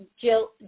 Jill